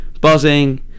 buzzing